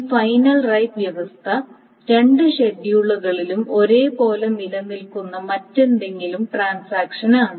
ഈ final write വ്യവസ്ഥ രണ്ട് ഷെഡ്യൂളുകളിലും ഒരേപോലെ നിലനിൽക്കുന്ന മറ്റേതെങ്കിലും ട്രാൻസാക്ഷനാണ്